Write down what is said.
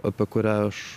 apie kurią aš